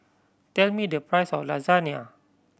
tell me the price of Lasagna